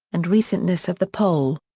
and recentness of the poll.